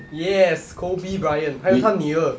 yes kobe bryant 还有他女儿